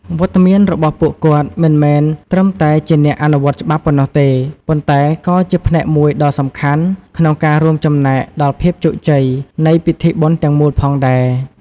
វត្តមានរបស់ពួកគាត់មិនមែនត្រឹមតែជាអ្នកអនុវត្តច្បាប់ប៉ុណ្ណោះទេ ប៉ុន្តែក៏ជាផ្នែកមួយដ៏សំខាន់ក្នុងការរួមចំណែកដល់ភាពជោគជ័យនៃពិធីបុណ្យទាំងមូលផងដែរ។